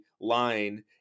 line